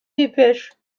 dépêche